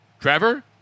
Trevor